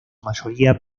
mayoría